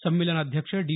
संमेलनाध्यक्ष डी